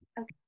Okay